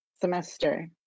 semester